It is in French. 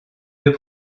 deux